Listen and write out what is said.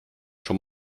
schon